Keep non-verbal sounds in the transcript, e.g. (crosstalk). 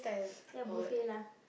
(noise) ya buffet lah